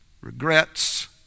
regrets